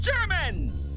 German